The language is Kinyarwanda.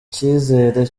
cyizere